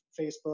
Facebook